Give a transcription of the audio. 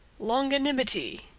longanimity,